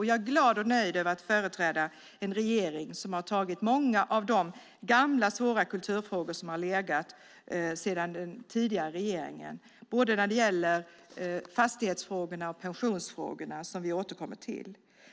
Jag är glad och nöjd över att företräda en regering som har tagit sig an många av de gamla och svåra kulturfrågor som har legat sedan den tidigare regeringen, både fastighetsfrågorna och pensionsfrågorna som vi återkommer till.